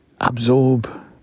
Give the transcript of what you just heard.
absorb